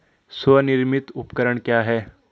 स्वनिर्मित उपकरण क्या है?